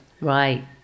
Right